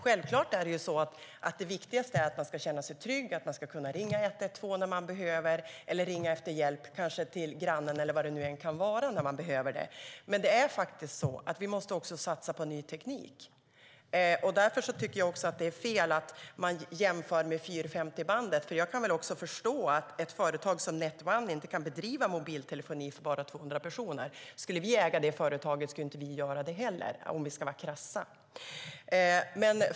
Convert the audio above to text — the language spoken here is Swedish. Självklart är det viktigaste att man ska känna sig trygg och att man ska kunna ringa 112 om man behöver göra det eller ringa efter hjälp, kanske till grannen eller vad det nu kan vara. Men vi måste även satsa på ny teknik. Därför tycker jag att det är fel att jämföra med 450-bandet. Jag kan förstå att ett företag som Net 1 inte kan bedriva mobiltelefoni för bara 200 personer. Skulle vi äga det företaget skulle vi inte heller göra det, för att vara krass.